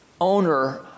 owner